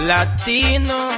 Latino